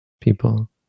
people